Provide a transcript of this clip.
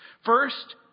First